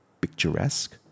picturesque